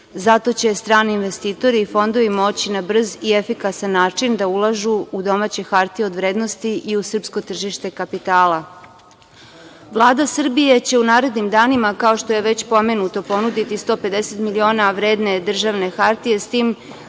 Zato će strani investitori i fondovi moći na brz i efikasan način da ulažu u domaće hartije od vrednosti i u srpsko tržište kapitala. Vlada Srbija će u narednim danima, kao što je već pomenuto, ponuditi 150 miliona vredne državne hartije, s tim